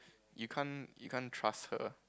you can't you can't trust her